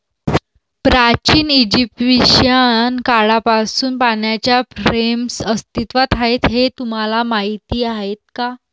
प्राचीन इजिप्शियन काळापासून पाण्याच्या फ्रेम्स अस्तित्वात आहेत हे तुम्हाला माहीत आहे का?